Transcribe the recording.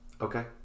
Okay